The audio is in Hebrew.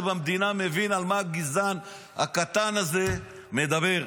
במדינה מבין על מה הגזען הקטן הזה מדבר.